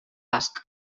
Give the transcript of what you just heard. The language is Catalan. basc